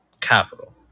capital